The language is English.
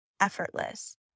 effortless